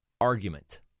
argument